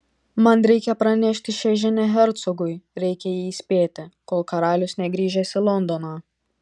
man reikia pranešti šią žinią hercogui reikia jį įspėti kol karalius negrįžęs į londoną